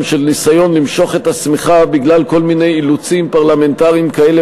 של ניסיון למשוך את השמיכה בגלל כל מיני אילוצים פרלמנטריים כאלה